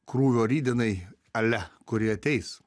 krūvio rytdienai ale kuri ateis